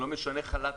מיליון אנשים בחל"ת,